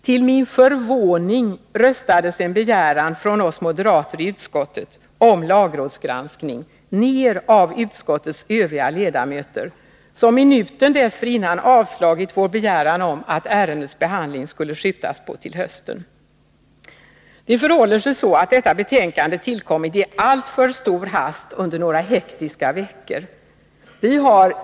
Till min förvåning röstades en begäran från oss moderater i lagutskottet om lagrådsgranskning ner av utskottets övriga ledamöter, som minuten dessförinnan avstyrkt vår begäran om att behandlingen av ärendet skulle skjutas till hösten. Det förhåller sig så, att detta betänkande tillkommit i alltför stor hast under några hektiska veckor.